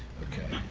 okay.